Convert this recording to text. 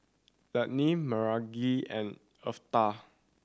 Lannie Margrett and Eartha